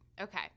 Okay